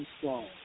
strong